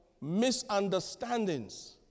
misunderstandings